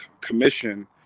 commission